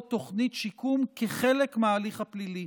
תוכנית שיקום כחלק מההליך הפלילי.